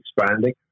expanding